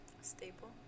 staple